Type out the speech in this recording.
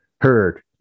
heard